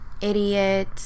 idiot